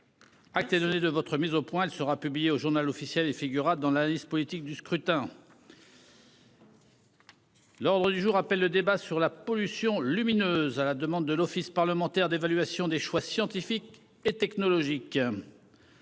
À été donné de votre mise au point, elle sera publiée au Journal officiel et figurera dans la liste politique du scrutin. L'ordre du jour appelle le débat sur la pollution lumineuse, à la demande de l'Office parlementaire d'évaluation des choix scientifiques et technologiques.